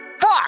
Fuck